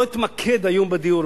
לא אתמקד היום בדיור,